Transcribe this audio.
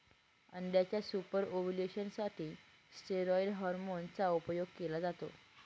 अंड्याच्या super ovulation साठी steroid hormone चा उपयोग केला जातो